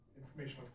Information